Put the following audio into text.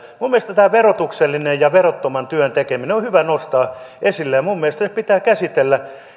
mielestäni tämä verotuksellisen ja verottoman työn tekeminen on hyvä nostaa esille ja minun mielestäni ne pitää käsitellä